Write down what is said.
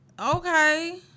okay